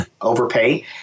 overpay